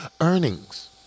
earnings